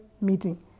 meeting